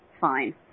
Fine